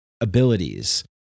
abilities